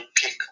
pick